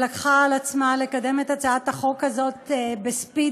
שלקחה על עצמה לקדם את הצעת החוק הזאת בספיד,